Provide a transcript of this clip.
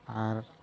ᱟᱨ